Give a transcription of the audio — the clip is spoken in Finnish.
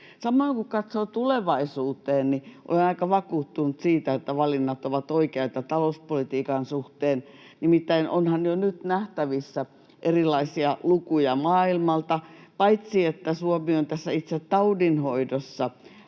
Samoin kun katsoo tulevaisuuteen, niin olen aika vakuuttunut siitä, että valinnat ovat oikeita talouspolitiikan suhteen. Nimittäin onhan jo nyt nähtävissä erilaisia lukuja maailmalta: paitsi että Suomi on tässä itse taudin hoidossa